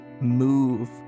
Move